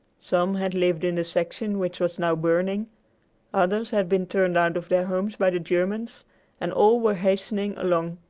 some had lived in the section which was now burning others had been turned out of their homes by the germans and all were hastening along,